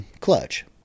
clutch